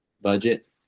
Budget